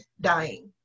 dying